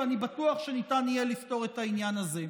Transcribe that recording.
ואני בטוח שניתן יהיה לפתור את העניין הזה.